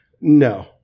No